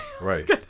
Right